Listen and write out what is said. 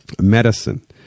medicine